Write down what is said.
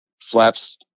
flaps